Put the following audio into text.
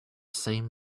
same